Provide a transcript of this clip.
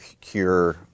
cure